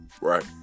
Right